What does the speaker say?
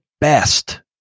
best